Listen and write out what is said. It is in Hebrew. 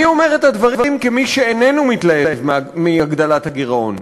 אני אומר את הדברים כמי שאיננו מתלהב מהגדלת הגירעון.